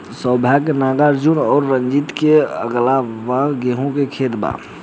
सौम्या नागार्जुन और रंजीत के अगलाबगल गेंहू के खेत बा